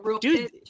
dude